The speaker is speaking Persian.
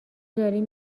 داریم